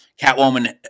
catwoman